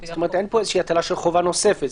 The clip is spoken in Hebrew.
כלומר אין פה הטלת חובה נוספת.